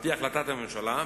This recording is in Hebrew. על-פי החלטות הממשלה.